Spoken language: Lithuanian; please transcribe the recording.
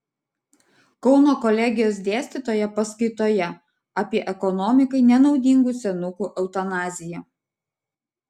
kauno kolegijos dėstytoja paskaitoje apie ekonomikai nenaudingų senukų eutanaziją